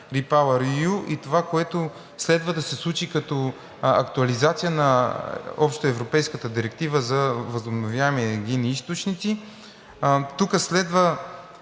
и това, което следва да се случи като актуализация на общоевропейската директива за възобновяеми енергийни източници. Тук следва